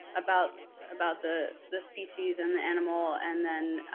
about, about the the species and the animal, and then